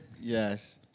yes